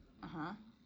(uh huh)